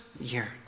year